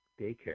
daycare